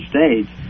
States